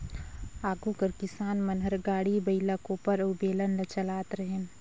आघु कर किसान मन हर गाड़ी, बइला, कोपर अउ बेलन ल चलात रहिन